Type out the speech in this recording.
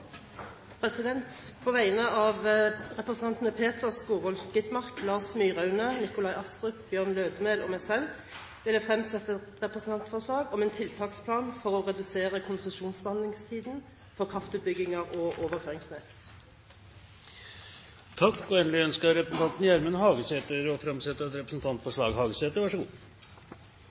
representantforslag. På vegne av representantene Peter Skovholt Gitmark, Lars Myraune, Nikolai Astrup, Bjørn Lødemel og meg selv vil jeg fremsette et representantforslag om en tiltaksplan for å redusere konsesjonsbehandlingstiden for kraftutbygginger og overføringsnett. Representanten Gjermund Hagesæter ønsker å framsette et representantforslag.